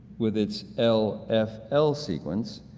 with its l f l sequence,